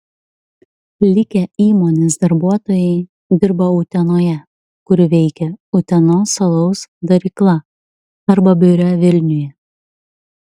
likę įmonės darbuotojai dirba utenoje kur veikia utenos alaus darykla arba biure vilniuje